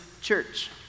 church